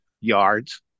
yards